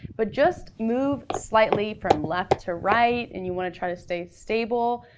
but just move slightly from left to right, and you wanna try to stay stable,